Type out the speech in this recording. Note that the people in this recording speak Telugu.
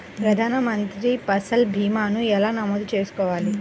ప్రధాన మంత్రి పసల్ భీమాను ఎలా నమోదు చేసుకోవాలి?